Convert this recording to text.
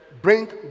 bring